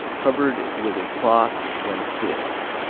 covered with a cloth when filled.